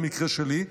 במקרה שלי,